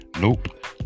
Nope